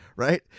Right